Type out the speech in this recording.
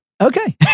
Okay